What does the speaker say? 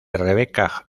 rebecca